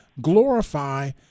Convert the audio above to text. glorify